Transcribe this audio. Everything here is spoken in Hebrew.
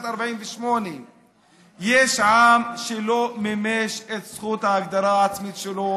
48'; יש עם שלא מימש את זכות ההגדרה העצמית שלו